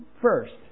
first